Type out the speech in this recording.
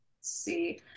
see